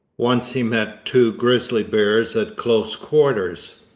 once he met two grizzly bears at close quarters.